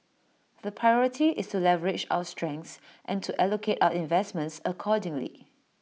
the priority is to leverage our strengths and to allocate our investments accordingly